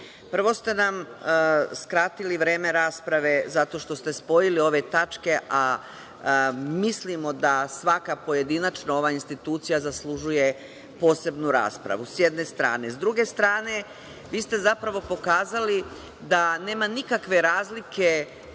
ste nam skratili vreme rasprave zato što ste spojili ove tačke, a mislimo da ova institucija, svaka pojedinačno, zaslužuje posebnu raspravu. To je s jedne strane.S druge strane, vi ste zapravo pokazali da nema nikakve razlike